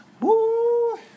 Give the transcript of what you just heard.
Woo